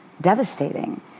devastating